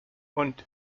und